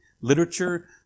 literature